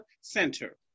center